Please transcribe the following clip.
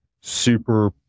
super